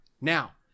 Now